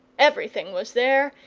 everything was there,